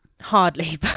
hardly